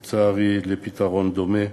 לצערי, לפתרון דומה,